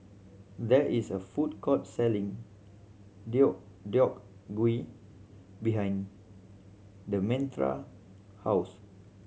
there is a food court selling Deodeok Gui behind Demetra house